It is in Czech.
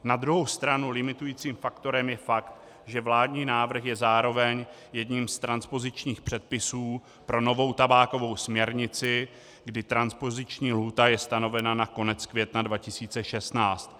Na druhou stranu limitujícím faktorem je fakt, že vládní návrh je zároveň jedním z transpozičních předpisů pro novou tabákovou směrnici, kdy transpoziční lhůta je stanovena na konec května 2016.